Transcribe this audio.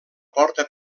porta